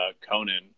Conan